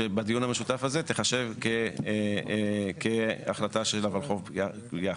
שבדיון המשותף הזה, תיחשב כהחלטה של הולחו"ף יחד.